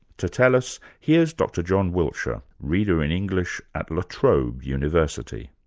to tell us, here's dr john wiltshire, reader in english at la trobe university.